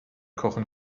kochen